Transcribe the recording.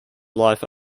life